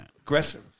aggressive